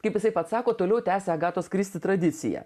kaip jisai pats sako toliau tęsia agatos kristi tradiciją